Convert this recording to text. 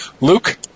Luke